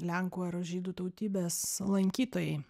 lenkų ar žydų tautybės lankytojai